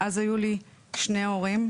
אז היו לי שני הורים.